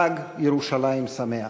חג ירושלים שמח.